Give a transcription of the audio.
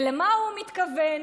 ולמה ההוא מתכוון,